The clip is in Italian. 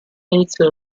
iniziato